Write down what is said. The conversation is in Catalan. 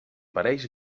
pareix